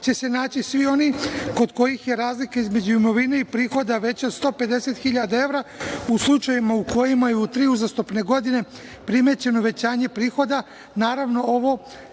će se naći svi oni kod kojih je razlika između imovine i prihoda veća od 150 hiljada evra u slučajevima u kojima je u tri uzastopne godine primenjeno uvećanje prihoda.